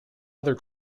other